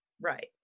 Right